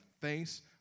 face